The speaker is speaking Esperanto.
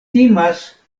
timas